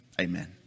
Amen